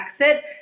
exit